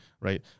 Right